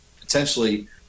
potentially